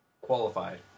qualified